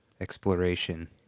exploration